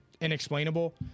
inexplainable